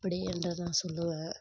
இப்படி என்று நான் சொல்லுவேன்